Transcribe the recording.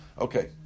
Okay